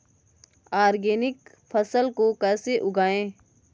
Organic फसल को कैसे उगाएँ?